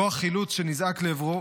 כוח החילוץ שנזעק לעברו